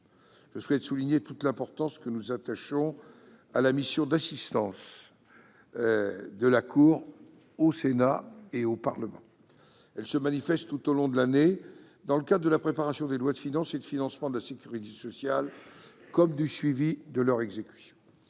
je souhaite souligner toute l'importance que nous attachons à la mission d'assistance de la Cour des comptes au Parlement. Elle se manifeste tout au long de l'année, dans le cadre de la préparation des lois de finances et de financement de la sécurité sociale, comme du suivi de leur exécution.